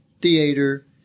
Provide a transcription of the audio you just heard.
Theater